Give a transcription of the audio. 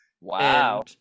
Wow